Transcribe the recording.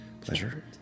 Pleasure